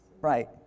Right